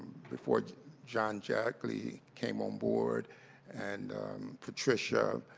before john jackley came on board and patricia,